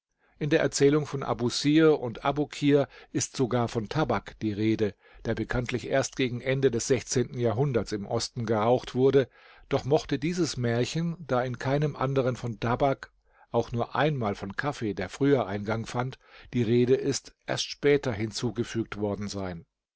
in der erzählung von abußir und abukir ist sogar von tabak die rede der bekanntlich erst gegen ende des jahrhunderts im osten geraucht wurde doch mochte dieses märchen da in keinem anderen von tabak auch nur einmal von kaffee der früher eingang fand die rede ist erst später hinzugefügt worden sein